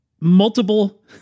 multiple